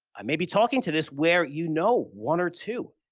i may be talking to this where you know one or two,